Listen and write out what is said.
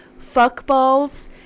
fuckballs